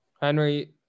Henry